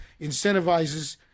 incentivizes